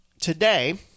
today